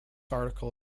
article